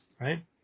Right